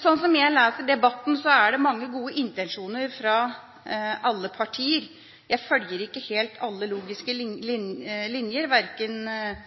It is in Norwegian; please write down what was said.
Slik jeg leser debatten, er det mange gode intensjoner fra alle partier. Jeg følger ikke helt alle logiske linjer, verken